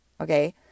Okay